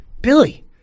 Billy